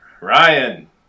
Ryan